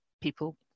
people